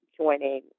joining